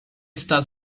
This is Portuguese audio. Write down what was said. está